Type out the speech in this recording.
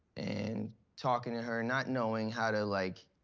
and talking to her. not knowing how to, like,